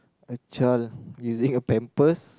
a child using a pampers